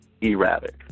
erratic